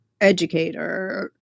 educator